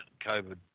COVID